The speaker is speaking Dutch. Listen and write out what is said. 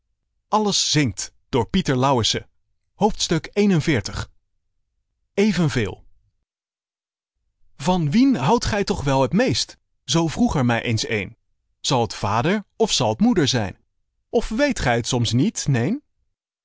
van wien houdt gij toch wel het meest zoo vroeg er mij eens een zal t vader of zal t moeder zijn of weet gij t soms niet neen